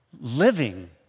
living